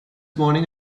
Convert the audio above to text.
morning